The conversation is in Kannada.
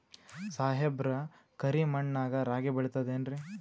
ಸಾಹೇಬ್ರ, ಕರಿ ಮಣ್ ನಾಗ ರಾಗಿ ಬೆಳಿತದೇನ್ರಿ?